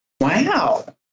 Wow